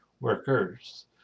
workers